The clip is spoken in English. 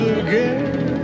again